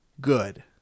Good